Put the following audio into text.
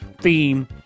theme